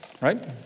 right